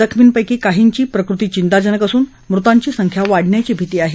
जखमीपैकी काहींची प्रकृती चिंताजनक असून मृतांची संख्या वाढण्याची भिती आहे